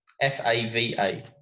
F-A-V-A